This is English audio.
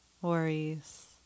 worries